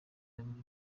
babiri